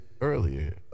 earlier